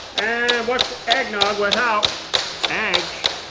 and what's eggnog without eggs?